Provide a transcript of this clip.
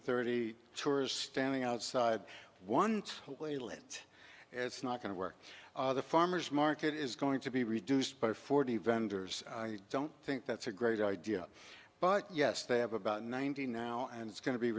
thirty tourists standing outside once it it's not going to work the farmer's market is going to be reduced by forty vendors i don't think that's a great idea but yes they have about ninety now and it's go